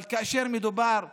אבל כאשר מדובר בוופאא,